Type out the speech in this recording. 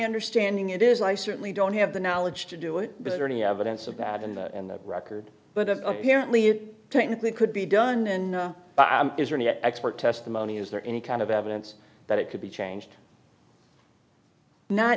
understanding it is i certainly don't have the knowledge to do it better any evidence of that in the record but apparently it technically could be done and is really expert testimony is there any kind of evidence that it could be changed not